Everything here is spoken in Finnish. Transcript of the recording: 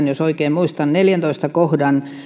jos oikein muistan neljännentoista kohdan